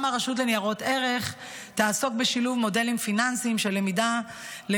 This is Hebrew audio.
גם הרשות לניירות ערך תעסוק בשילוב מודלים פיננסיים של למידת